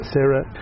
Sarah